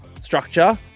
structure